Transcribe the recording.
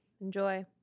Enjoy